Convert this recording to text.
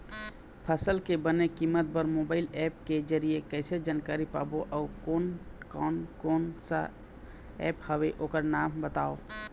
फसल के बने कीमत बर मोबाइल ऐप के जरिए कैसे जानकारी पाबो अउ कोन कौन कोन सा ऐप हवे ओकर नाम बताव?